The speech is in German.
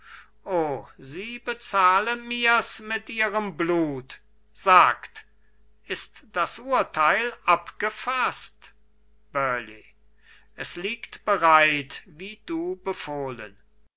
o sie bezahle mir's mit ihrem blut sagt ist das urteil abgefaßt burleigh es liegt bereit wie du befohlen